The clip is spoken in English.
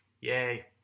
Yay